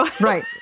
Right